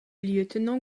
lieutenant